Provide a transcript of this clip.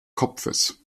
kopfes